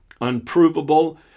unprovable